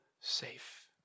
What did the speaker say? safe